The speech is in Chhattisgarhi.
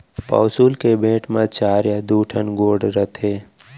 पौंसुल के बेंट म चार या दू ठन गोड़ रथे